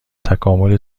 تکامل